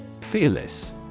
Fearless